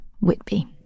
Whitby